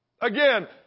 Again